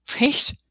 right